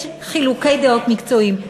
יש חילוקי דעות מקצועיים.